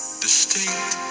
distinct